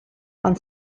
ond